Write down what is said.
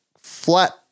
flat